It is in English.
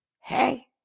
hey